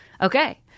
okay